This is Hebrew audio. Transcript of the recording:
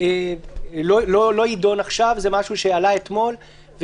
זה משהו שעלה אתמול,